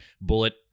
bullet